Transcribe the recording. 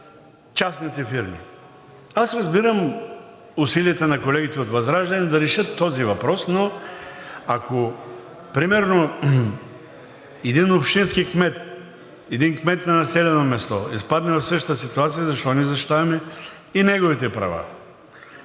Аз разбирам усилията на колегите от ВЪЗРАЖДАНЕ да решат този въпрос, но ако, примерно, един общински кмет, един кмет на населено място изпадне в същата ситуация, защо не защитаваме и неговите права,